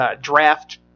draft